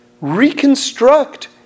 reconstruct